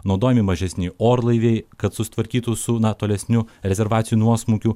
naudojami mažesni orlaiviai kad susitvarkytų su na tolesniu rezervacijų nuosmukiu